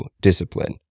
discipline